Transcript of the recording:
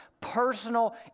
personal